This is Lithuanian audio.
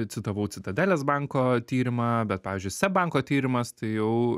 citavau citadelės banko tyrimą bet pavyzdžiui seb banko tyrimas tai jau